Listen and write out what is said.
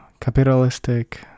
capitalistic